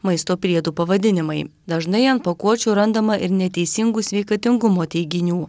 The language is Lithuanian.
maisto priedų pavadinimai dažnai ant pakuočių randama ir neteisingų sveikatingumo teiginių